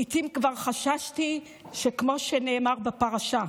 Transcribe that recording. לעיתים כבר חששתי שכמו שנאמר בפרשה,